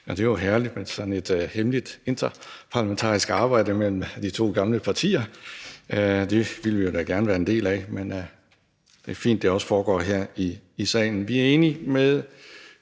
Det er jo herligt med sådan et hemmeligt interparlamentarisk arbejde mellem de to gamle partier. Det ville vi da gerne være en del af, men det er fint, at det også foregår her i salen. Vi er enige i